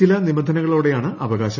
ചില നിബന്ധനകളോടെയാണ് അവകാശം